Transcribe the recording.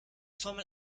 formel